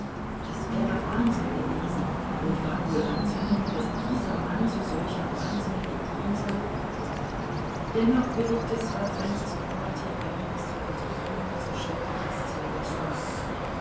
das wäre wahnsinn gewesen und war wohl anzunehmen daß dieser mann zu solchem wahnsinnge diehen sei dennoch willigte sir francis cromarty ein bis zur entwickelung dieser schrecklichen scene zu warten